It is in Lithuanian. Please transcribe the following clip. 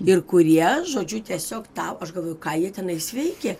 ir kurie žodžiu tiesiog tau aš galvoju ką jie tenais veikė